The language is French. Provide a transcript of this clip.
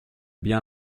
bien